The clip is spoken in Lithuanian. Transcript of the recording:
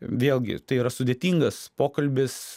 vėlgi tai yra sudėtingas pokalbis